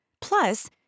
Plus